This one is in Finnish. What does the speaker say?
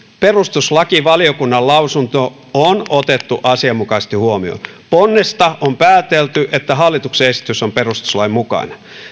perustuslakivaliokunnan lausunto on otettu asianmukaisesti huomioon ponnesta on päätelty että hallituksen esitys on perustuslain mukainen